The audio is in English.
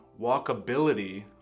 walkability